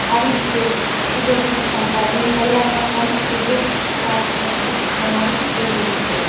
આવી રીતે ખૂબ જ નુકશાનકારક અને પર્યાવરણ પણ ખૂબ જ સાફ મજબૂત બનાવવું જરૂરી છે